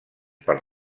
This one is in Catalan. per